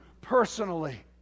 personally